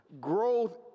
growth